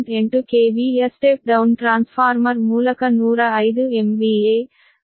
8 KV ಯ step down transformer ಮೂಲಕ 105 MVA 0